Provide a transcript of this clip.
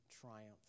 triumph